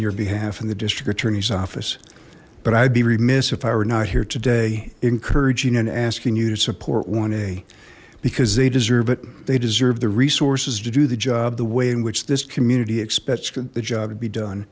your behalf in the district attorney's office but i'd be remiss if i were not here today encouraging and asking you to support one a because they deserve it they deserve the resources to do the job the way in which this community expects the job to be done